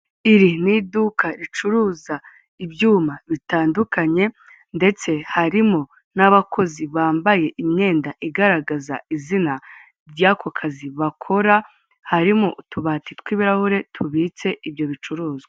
Iri ni iduka ricuruza ibyuma bitandukanye ndetse harimo n'abakozi bambaye imyenda igaragaza izina ry'ako kazi bakora, harimo utubati tw'ibirahure tubitse ibyo bicuruzwa.